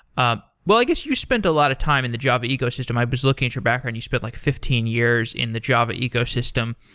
ah i guess you spent a lot of time in the java ecosystem. i was looking at your background, you spent like fifteen years in the java ecosystem.